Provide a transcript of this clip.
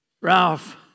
Ralph